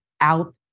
out